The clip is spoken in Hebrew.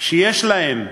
שיש להם,